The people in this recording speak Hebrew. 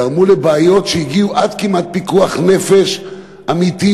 גרמו לבעיות שהגיעו עד כמעט פיקוח נפש אמיתי,